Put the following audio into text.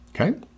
Okay